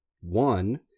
One